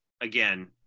Again